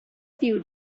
few